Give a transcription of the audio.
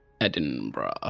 Edinburgh